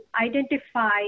identify